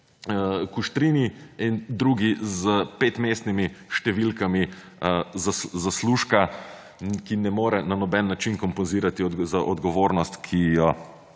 Kuštrini in drugi s petmestnimi številkami zaslužka, ki ne more na noben način kompenzirati za odgovornost, ki jo